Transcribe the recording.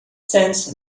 sense